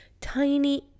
Tiny